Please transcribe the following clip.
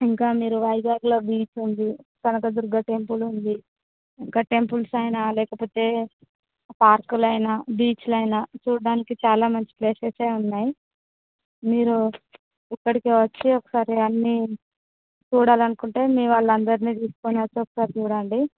ఇంకా మీరు వైజాగ్లో బీచ్ ఉంది కనకదుర్గ టెంపుల్ ఉంది ఇంకా టెంపుల్స్ అయినా లేకపోతే పార్కులైనా బీచ్లైనా చూడడానికి చాల మంచి ప్లేసెస్ ఏ ఉన్నాయి మీరు ఇక్కడికి వచ్చి అన్నీ ఒకసారి చూడాలనుకుంటే మీ వాళ్లందరినీ తీసుకుని వచ్చి ఒకసారి చూడండి